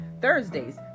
Thursdays